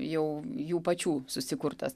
jau jų pačių susikurtas